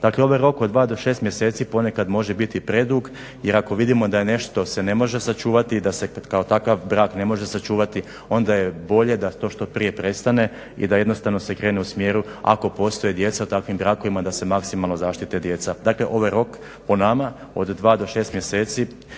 Dakle, ovaj rok od 2 do 6 mjeseci ponekad može biti predug jer ako vidimo da nešto se ne može sačuvati i da se kao takav brak ne može sačuvati onda je bolje da to što prije prestane i da jednostavno se krene u smjeru ako postoje djeca u takvim brakovima da se maksimalno zaštite djeca. Dakle, ovaj rok po nama od 2 do 6 mjeseci